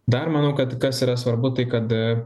dar manau kad kas yra svarbu tai kad a